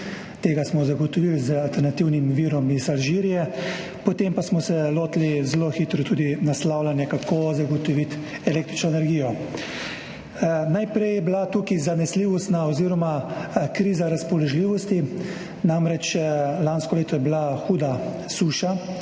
Tega smo zagotovili z alternativnim virom iz Alžirije. Potem pa smo se lotili zelo hitro tudi naslavljanja, kako zagotoviti električno energijo. Najprej je bila tukaj kriza razpoložljivosti. Namreč, lansko leto je bila huda suša.